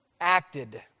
acted